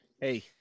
Hey